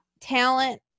talent